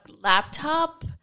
laptop